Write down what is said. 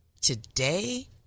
Today